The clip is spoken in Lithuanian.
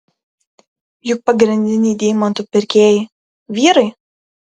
juk pagrindiniai deimantų pirkėjai vyrai